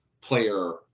player